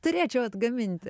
turėčiau atgaminti